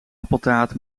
appeltaart